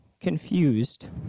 confused